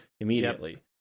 immediately